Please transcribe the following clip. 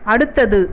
அடுத்தது